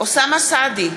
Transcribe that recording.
אוסאמה סעדי,